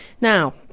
Now